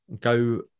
Go